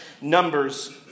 numbers